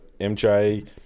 mj